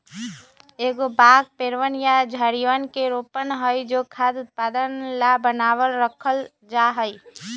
एगो बाग पेड़वन या झाड़ियवन के रोपण हई जो खाद्य उत्पादन ला बनावल रखल जाहई